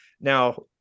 Now